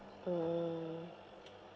mm